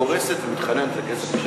קורסת ומתחננת לכסף.